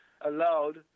allowed